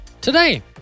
today